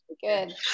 Good